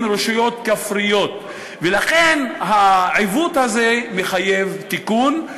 הן רשויות כפריות, ולכן העיוות הזה מחייב תיקון.